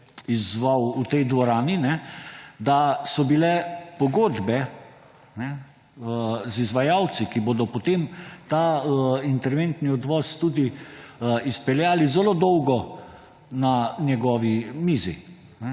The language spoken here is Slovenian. izzval v tej dvorani – da so bile pogodbe z izvajalci, ki bodo potem ta interventni odvoz tudi izpeljali, zelo dolgo na njegovi mizi.